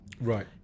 Right